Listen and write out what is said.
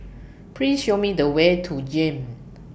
Please Show Me The Way to Jem